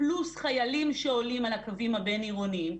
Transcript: פלוס חיילים שעולים על הקווים הבין-עירוניים,